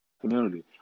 community